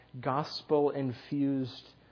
gospel-infused